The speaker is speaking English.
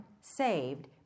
saved